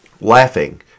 laughing